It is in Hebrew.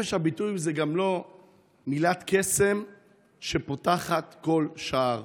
חופש הביטוי זה גם לא מילת קסם שפותחת כל שער.